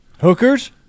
Hookers